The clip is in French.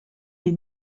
les